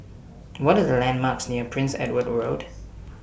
What Are The landmarks near Prince Edward Road